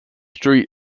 street